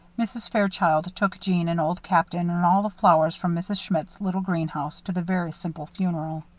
mrs. fairchild took jeanne and old captain and all the flowers from mrs. schmidt's little greenhouse to the very simple funeral.